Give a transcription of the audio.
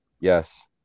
Yes